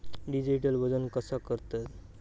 Digital वजन कसा करतत?